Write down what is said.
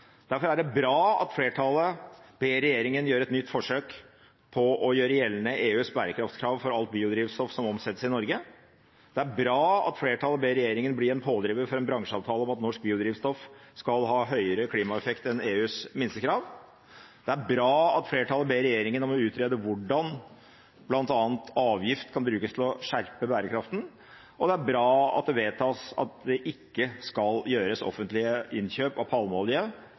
Derfor er det bra at flertallet ber regjeringen gjøre et nytt forsøk på å gjøre gjeldende EUs bærekraftskrav for alt biodrivstoff som omsettes i Norge. Det er bra at flertallet ber regjeringen bli en pådriver for en bransjeavtale om at norsk biodrivstoff skal ha høyere klimaeffekt enn EUs minstekrav. Det er bra at flertallet ber regjeringen om å utrede hvordan bl.a. avgift kan brukes til å skjerpe bærekraften. Og det er bra at det vedtas at det ikke skal gjøres offentlige innkjøp av biodrivstoff basert på palmeolje.